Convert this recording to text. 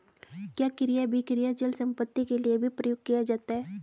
क्या क्रय अभिक्रय अचल संपत्ति के लिये भी प्रयुक्त किया जाता है?